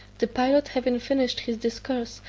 the pilot having finished his discourse,